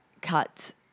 cut